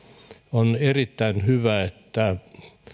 on erittäin hyvä että